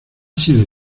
sido